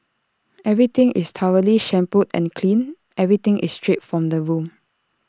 everything is thoroughly shampooed and cleaned everything is stripped from the room